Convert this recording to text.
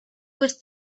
was